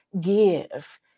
give